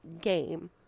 game